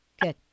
good